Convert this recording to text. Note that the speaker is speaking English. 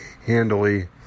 handily